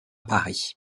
paris